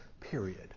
period